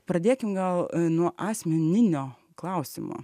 pradėkim gal nuo asmeninio klausimo